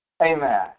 Amen